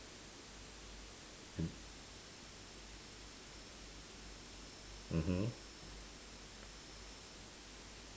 mmhmm